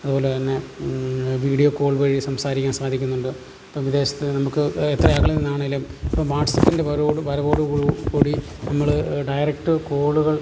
അതുപോലെ തന്നെ video call വഴി സംസാരിക്കാൻ സാധിക്കുന്നുണ്ട് ഇപ്പം വിദേശത്ത് നമുക്ക് എത്രയകലെ നിന്നാണെങ്കിലും ഇപ്പം വാട്സപ്പിൻ്റെ വരവോടു വരവോടു കൂടി നമ്മൾ ഡയറക്ട് കോളുകൾ